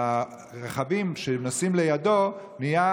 לרכבים שנוסעים לידו נהיה